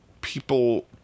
people